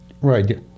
Right